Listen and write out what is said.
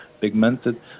pigmented